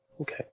okay